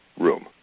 room